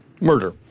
murder